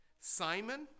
Simon